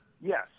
Yes